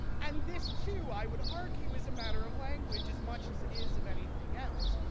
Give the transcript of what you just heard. and this too, i would argue, is a matter of language as much as it is of anything else.